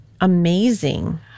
amazing